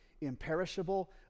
imperishable